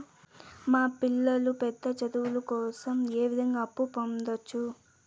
మా పిల్లలు పెద్ద చదువులు కోసం ఏ విధంగా అప్పు పొందొచ్చు?